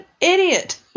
idiot